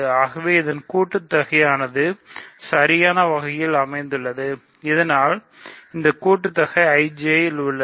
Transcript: ஆகவே இதன் கூட்டுத்தொகை யானது சரியான வகையில் அமைந்துள்ளது இதனால் இந்த கூட்டு தொகை IJ ல் உள்ளது